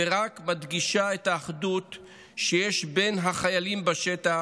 ורק מדגישה את האחדות שיש בין החיילים בשטח